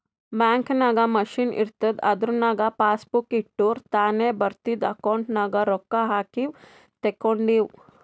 bank ನಾಗ್ machine ಇರ್ತುದ್ ಅದುರಾಗ್ ಪಾಸಬುಕ್ ಇಟ್ಟುರ್ ತಾನೇ ಬರಿತುದ್ ಅಕೌಂಟ್ ನಾಗ್ ರೊಕ್ಕಾ ಹಾಕಿವು ತೇಕೊಂಡಿವು